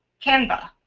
canva.